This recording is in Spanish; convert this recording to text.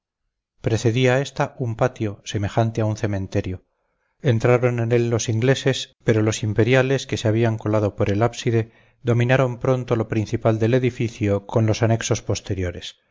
precedía a esta un patio semejante a un cementerio entraron en él los ingleses pero los imperiales que se habían colado por el ábside dominaron pronto lo principal del edificio con los anexos posteriores